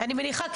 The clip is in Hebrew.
אני מניחה,